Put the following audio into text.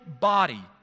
body